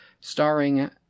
starring